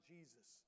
Jesus